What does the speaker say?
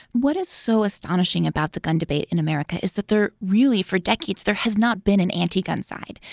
what is so astonishing about the gun debate in america is that there really for decades there has not been an anti-gun side.